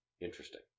Interesting